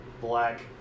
black